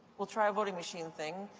we'll try a voting machine thing.